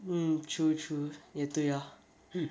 hmm true true 也对 ah